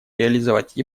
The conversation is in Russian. реализовать